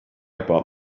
about